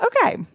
Okay